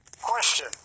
Question